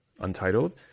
Untitled